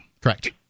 Correct